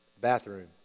bathroom